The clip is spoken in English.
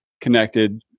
connected